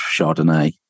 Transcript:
Chardonnay